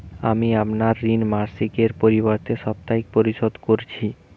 আমি আমার ঋণ মাসিকের পরিবর্তে সাপ্তাহিক পরিশোধ করছি